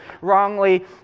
wrongly